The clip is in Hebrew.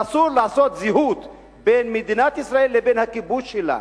ואסור לעשות זהות בין מדינת ישראל לבין הכיבוש שלה.